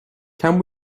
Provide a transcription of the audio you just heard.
can